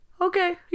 Okay